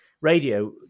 radio